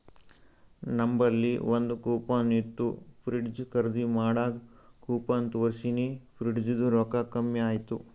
ನಂಬಲ್ಲಿ ಒಂದ್ ಕೂಪನ್ ಇತ್ತು ಫ್ರಿಡ್ಜ್ ಖರ್ದಿ ಮಾಡಾಗ್ ಕೂಪನ್ ತೋರ್ಸಿನಿ ಫ್ರಿಡ್ಜದು ರೊಕ್ಕಾ ಕಮ್ಮಿ ಆಯ್ತು